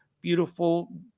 Beautiful